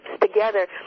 together